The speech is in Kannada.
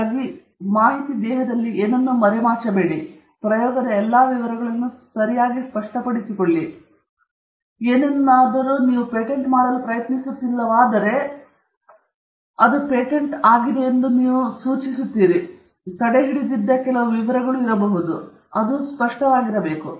ಆದ್ದರಿಂದ ನೀವು ಇಲ್ಲಿ ಏನೂ ಮರೆಮಾಚಬೇಡಿ ನಿಮ್ಮ ಪ್ರಯೋಗದ ಎಲ್ಲ ವಿವರಗಳನ್ನು ಸರಿಯಾಗಿ ಸ್ಪಷ್ಟಪಡಿಸಿಕೊಳ್ಳಿ ನೀವು ಏನನ್ನಾದರೂ ಪೇಟೆಂಟ್ ಮಾಡಲು ಪ್ರಯತ್ನಿಸುತ್ತಿಲ್ಲವಾದರೆ ಅದು ಪೇಟೆಂಟ್ ಆಗಿದೆಯೆಂದು ನೀವು ಸೂಚಿಸುತ್ತೀರಿ ಮತ್ತು ನೀವು ತಡೆಹಿಡಿದಿದ್ದ ಕೆಲವು ವಿವರಗಳಿವೆ ಆದರೆ ಅದು ತುಂಬಾ ಸ್ಪಷ್ಟವಾಗಿರಬೇಕು